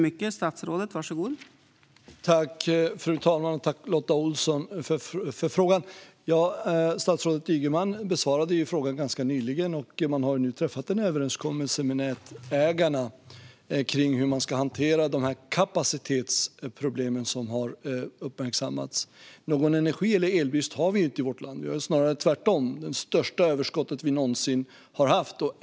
Fru talman! Jag tackar Lotta Olsson för frågan. Statsrådet Ygeman besvarade frågan ganska nyligen, och man har nu träffat en överenskommelse med nätägarna om hur man ska hantera de kapacitetsproblem som har uppmärksammats. Någon energi eller elbrist har vi inte i vårt land. Det är snarare tvärtom; vi har det största överskottet någonsin.